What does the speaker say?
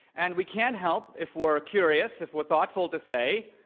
and we can't help if we're curious, if we're thoughtful to say,